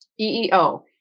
EEO